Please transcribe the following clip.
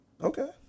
Okay